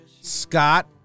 Scott